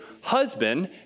husband